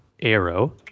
Arrow